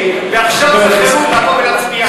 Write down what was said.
ועכשיו זה חירום לבוא ולהצביע על זה.